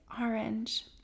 orange